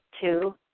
Two